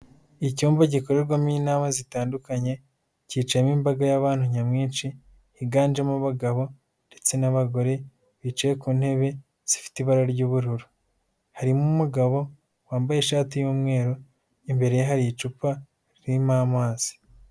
Icyumba gikorerwamo inama zitandukanye, cyicayemo imbaga y'abantu nyamwinshi, higanjemo abagabo ndetse n'abagore bicaye ku ntebe zifite ibara ry'ubururu, harimo umugabo wambaye ishati y'umweru imbere ye hari icupa ririmo amazi.